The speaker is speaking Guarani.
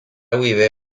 guive